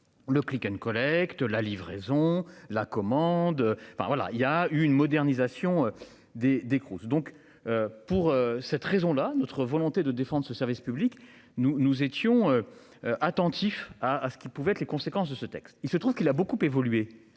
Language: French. Le click and collect la livraison la commande. Enfin voilà il y a eu une modernisation des des cross donc. Pour cette raison là notre volonté de défendre ce service public. Nous nous étions. Attentifs à ce qu'qui pouvaient être les conséquences de ce texte, il se trouve qu'il a beaucoup évolué